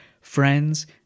friends